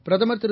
பிரதமர் திரு